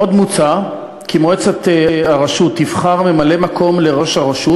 עוד מוצע כי מועצת הרשות תבחר ממלא-מקום לראש הרשות,